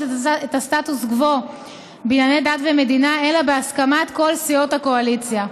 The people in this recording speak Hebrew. את הסטטוס קוו בענייני דת ומדינה אלא בהסכמת כל סיעות הקואליציה.